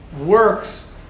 works